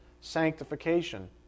sanctification